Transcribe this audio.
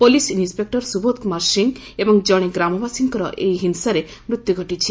police inspector Subodh Kumar Singh ଏବଂ କଣେ ଗ୍ରାମବାସୀଙ୍କର ଏହି ହିଂସାରେ ମୃତ୍ୟୁ ଘଟିଛି